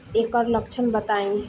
ऐकर लक्षण बताई?